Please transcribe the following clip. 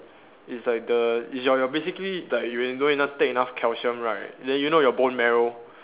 it's like the it's your your basically like you when you don't take enough calcium right then you know your bone marrow